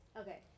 Okay